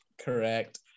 correct